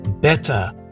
Better